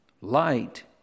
light